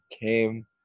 came